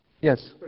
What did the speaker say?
Yes